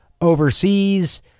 overseas